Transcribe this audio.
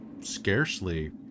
scarcely